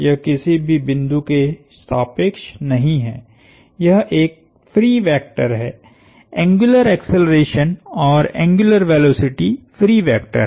यह किसी भी बिंदु के सापेक्ष नहीं है यह एक फ्री वेक्टर है एंग्युलर एक्सेलरेशन और एंग्युलर वेलोसिटी फ्री वेक्टर हैं